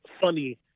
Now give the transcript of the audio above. funny